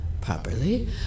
properly